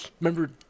remember